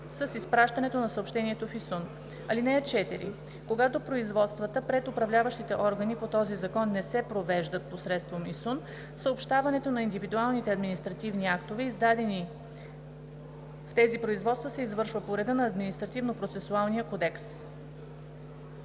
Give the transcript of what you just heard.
с изпращането на съобщението в ИСУН. (4) Когато производствата пред управляващите органи по този закон не се провеждат посредством ИСУН, съобщаването на индивидуалните административни актове, издадени в тези производства, се извършва по реда на Административнопроцесуалния кодекс.“